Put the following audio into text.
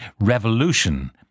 revolution